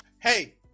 Hey